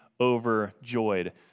overjoyed